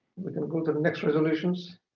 we can go to the next resolutions.